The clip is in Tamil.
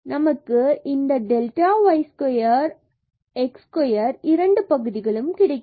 நமக்கு இந்த delta y square and x square இரண்டு பகுதிகளும் கிடைக்கிறது